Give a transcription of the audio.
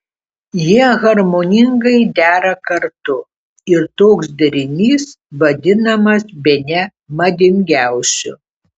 jie harmoningai dera kartu ir toks derinys vadinamas bene madingiausiu